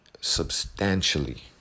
substantially